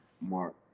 mark